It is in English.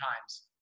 times